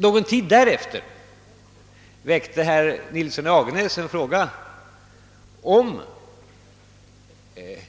Någon tid därefter frågade herr Nilsson i Agnäs om